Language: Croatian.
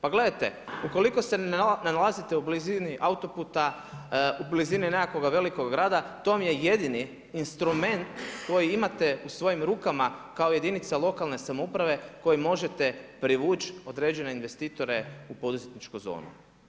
Pa gledajte ukoliko se ne nalazite u blizini autoputa, u blizini nekakvoga velikoga grada to vam je jedini instrument koji imate u svojim rukama kao jedinica lokalne samouprave koji možete privući određene investitore u poduzetničku zonu.